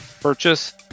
purchase